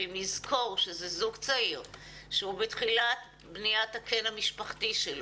נזכור שזה זוג צעיר שהוא בתחילת בניית הקן המשפחתי שלו,